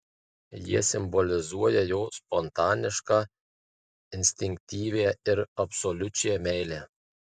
jie simbolizuoja jo spontanišką instinktyvią ir absoliučią meilę